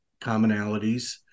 commonalities